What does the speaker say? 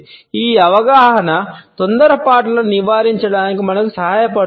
ఈ అవగాహన తొందరపాటులను నివారించడానికి మనకు సహాయపడుతుంది